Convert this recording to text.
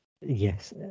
Yes